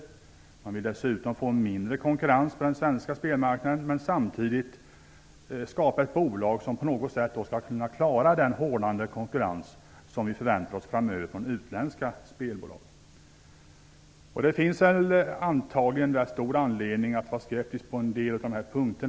Dessutom vill man få en minskad konkurrens på den svenska spelmarknaden och samtidigt skapa ett bolag som skall kunna klara av den hårdnande konkurrens som vi förväntar oss från utländska spelbolag framöver. Det finns antagligen rätt stor anledning att vara skeptisk på en del av dessa punkter.